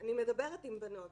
אני מדברת עם בנות,